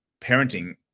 parenting